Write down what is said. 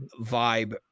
vibe